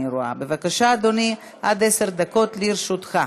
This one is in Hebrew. (חופשה ביום שמתקיימות בו בחירות מקדימות במפלגה שבה העובד חבר),